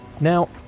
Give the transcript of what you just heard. Now